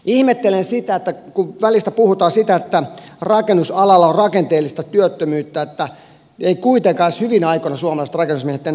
ihmettelen sitä kun välistä puhutaan siitä että rakennusalalla on rakenteellista työttömyyttä että eivät kuitenkaan edes hyvinä aikoina suomalaiset rakennusmiehet enää työllisty